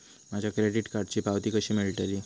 माझ्या क्रेडीट कार्डची पावती कशी मिळतली?